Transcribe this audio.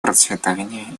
процветания